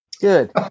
Good